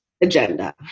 agenda